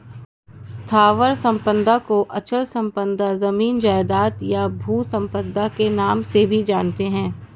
स्थावर संपदा को अचल संपदा, जमीन जायजाद, या भू संपदा के नाम से भी जानते हैं